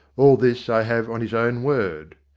all this i have on his own word.